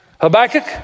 Habakkuk